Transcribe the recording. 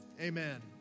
amen